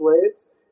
blades